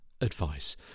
advice